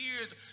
years